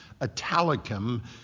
Italicum